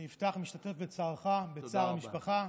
אני אפתח, משתתף בצערך, בצער המשפחה.